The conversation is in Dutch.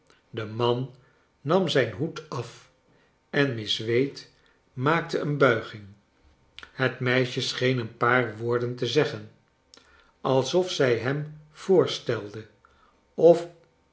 de man nam zijn hoed af en miss wade maakte een buiging het meisje scheen een paar woorden te zeggen alsof zij nem voorstelde of